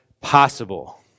possible